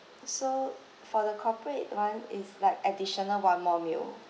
so for the corporate [one] is like additional one more meal